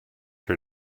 her